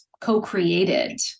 co-created